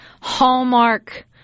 Hallmark